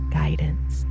guidance